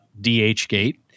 DHgate